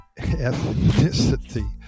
ethnicity